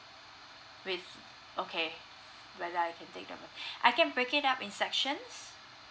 with okay whether I can take that one I can break it up in sections